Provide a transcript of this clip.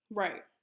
right